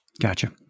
Gotcha